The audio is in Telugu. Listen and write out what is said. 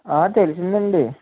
తెలిసిందండి